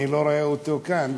אני לא רואה אותו כאן,